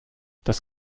das